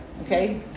okay